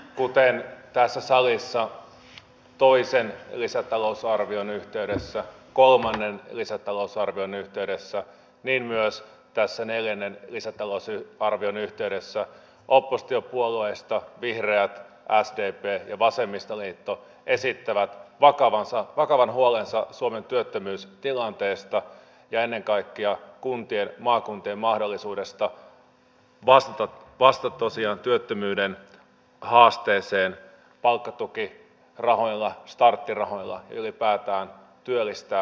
kuten tässä salissa toisen lisätalousarvion yhteydessä kolmannen lisätalousarvion yhteydessä niin myös tässä neljännen lisätalousarvion yhteydessä oppositiopuolueista vihreät sdp ja vasemmistoliitto esittävät vakavan huolensa suomen työttömyystilanteesta ja ennen kaikkea kuntien maakuntien mahdollisuudesta vastata työttömyyden haasteeseen palkkatukirahoilla starttirahoilla ylipäätään työllistää ihmisiä